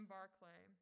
Barclay